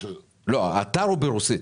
האתר הוא ברוסית,